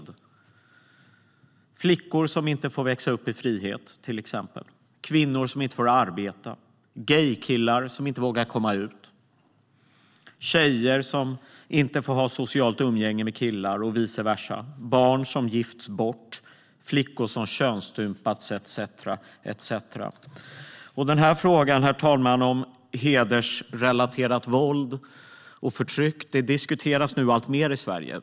Det handlar om flickor som inte får växa upp i frihet, kvinnor som inte får arbeta, gaykillar som inte vågar komma ut, tjejer som inte får ha socialt umgänge med killar och vice versa, barn som gifts bort, flickor som könsstympats etcetera. Den här frågan om hedersrelaterat våld och förtryck, herr talman, diskuteras alltmer i Sverige.